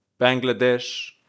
Bangladesh